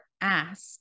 ask